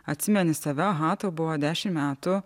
atsimeni save aha tau buvo dešimt metų